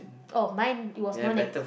oh mine it was non